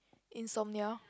insomnia